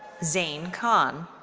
zain khan.